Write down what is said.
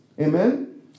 Amen